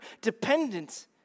dependent